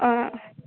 ആ